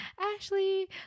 ashley